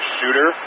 Shooter